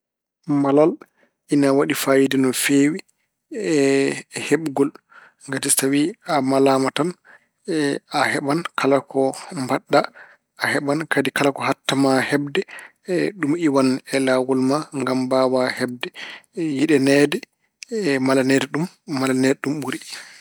Malal ene waɗi faayiida no feewi e- e heɓgol. Ngati tawi a malaama tan, a heɓan. Kala ko mbaɗɗa, a heɓan. Kadi kala ko haɗta ma heɓde ɗum iwan e laawol ma ngam mbaawa heɓde. Yiɗaneede e malaneede ɗum, ko malaneede ɗum ɓuri.